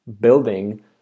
building